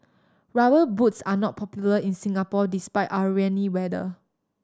Rubber Boots are not popular in Singapore despite our rainy weather